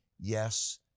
yes